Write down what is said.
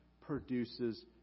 produces